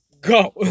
Go